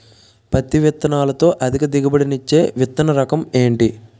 పత్తి విత్తనాలతో అధిక దిగుబడి నిచ్చే విత్తన రకం ఏంటి?